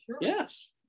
Yes